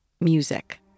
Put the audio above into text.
music